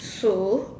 so